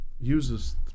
uses